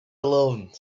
alone